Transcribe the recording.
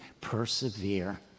persevere